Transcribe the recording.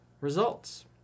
results